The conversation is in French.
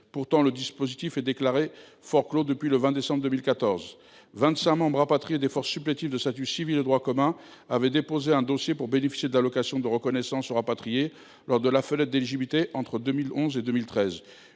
Le dispositif est cependant forclos depuis le 20 décembre 2014. Or 25 membres rapatriés des forces supplétives de statut civil de droit commun avaient déposé un dossier pour bénéficier de l’allocation de reconnaissance aux rapatriés lors de la fenêtre d’éligibilité, entre le 5